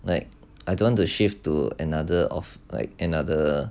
like I don't want to shift to another of like another